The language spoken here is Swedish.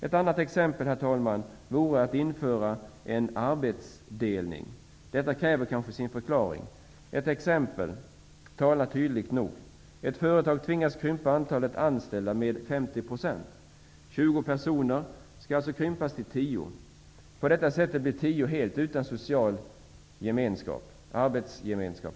Ett annat sätt, herr talman, vore att införa möjlighet till arbetsdelning. Detta kräver kanske sin förklaring. Ett exempel talar tydligt nog. Ett företag tvingas krympa antalet anställda med personer helt utan social arbetsgemenskap.